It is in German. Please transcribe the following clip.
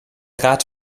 rat